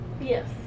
Yes